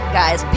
guys